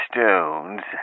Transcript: Stones